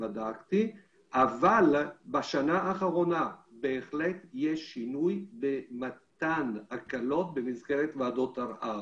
אבל בשנה האחרונה בהחלט יש שינוי במתן הקלות במסגרת ועדות ערער.